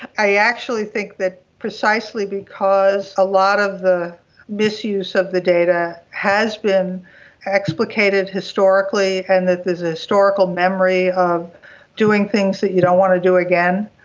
i actually think that precisely because a lot of the misuse of the data has been explicated historically and that there is ah historical memory of doing things that you don't want to do again.